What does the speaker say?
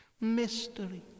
mystery